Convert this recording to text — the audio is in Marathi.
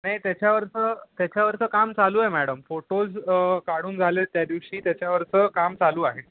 नाही त्याच्यावरचं त्याच्यावरचं काम चालू आहे मॅडम फोटोज काढून झालेत त्यादिवशी त्याच्यावरचं काम चालू आहे